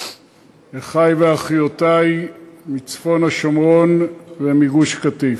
אחי ואחיותי מצפון השומרון ומגוש-קטיף,